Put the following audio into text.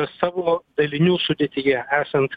savo dalinių sudėtyje esant